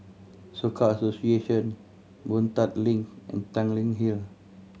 Soka Association Boon Tat Link and Tanglin Hill